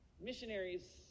missionaries